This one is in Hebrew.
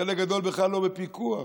חלק גדול בכלל לא בפיקוח.